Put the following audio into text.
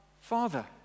Father